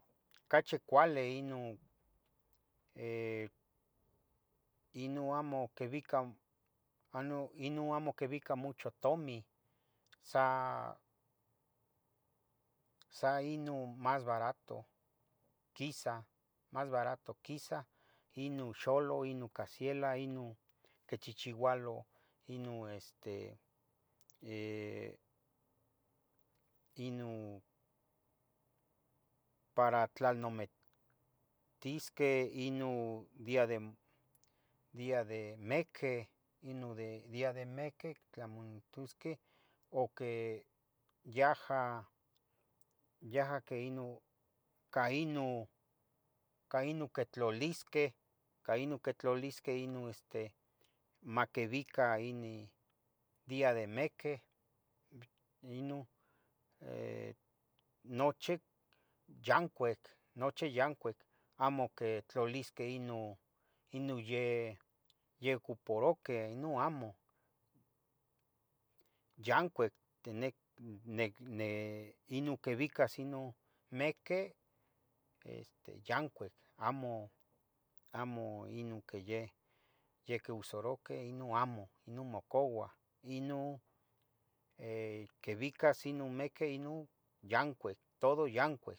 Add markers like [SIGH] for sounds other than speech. Cachi cuali ino, [HESITATION] ino amo quibica a no, ino amo quibica mucho tomi, sa ino mas barato quisa mas barato quisa ino xuloh ino casviela, ino quichciualo ino este ino para tlanometisqueh ino día de, día de mequeh, ino día de mequeh tlamonatusqueh, u que yaha yaha que ino ca ino, ca ino quitlalisqueh, ca ino quitlalisque ino este, maquibica ini día de mequeh bb ino, eh, nochi yancuic nochi yancuic amo quitlalisqueh ino, ino yeh, yacuparouqueh, ino amo, yancuic teni nec ne, ne, ino quibicas ino meque este yancuic amo, amo ino que yeh ya quiusarouqueh, ino amo, ino mocuah, ino eh, quebicas ino meque ino yancuic, todo yancuic